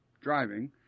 driving